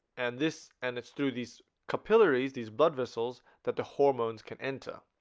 and this and it's through these capillaries these blood vessels that the hormones can enter